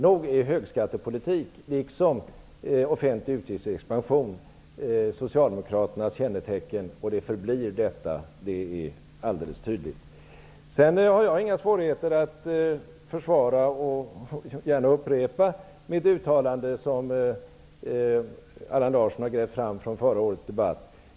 Nog är högskattepolitik liksom offentlig utgiftsexpansion Socialdemokraternas kännetecken, och det är alldeles tydligt att det skall så förbli. Jag har inga svårigheter att försvara det jag sagt och han gärna upprepa mitt uttalande som Allan Larson har grävt fram från förra årets debatt.